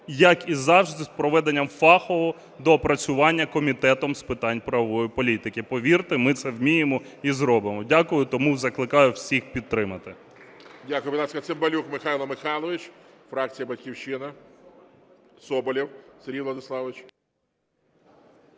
як і завжди, з проведенням фахового доопрацювання Комітетом з питань правової політики. Повірте, ми це вміємо і зробимо. Дякую. Тому закликаю всіх підтримати.